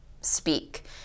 speak